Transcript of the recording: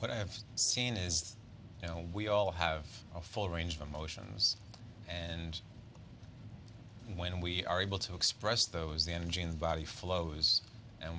what i have seen is you know we all have a full range of emotions and when we are able to express those the energy in the body flows and we